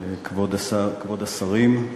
כבוד השר, כבוד השרים,